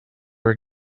are